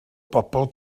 bobl